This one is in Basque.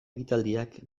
ekitaldiak